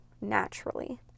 naturally